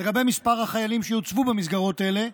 לגבי מספר החיילים שיוצבו במסגרות אלה,